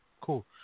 Cool